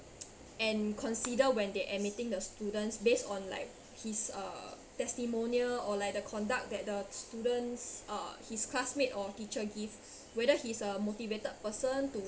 and consider when they admitting the students based on like his uh testimonial or like the conduct that the students uh his classmate or teacher give whether he's a motivated person to